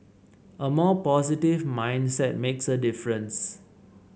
a more positive mindset makes a difference